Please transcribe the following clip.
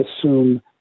assume